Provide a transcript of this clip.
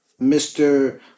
Mr